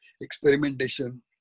experimentation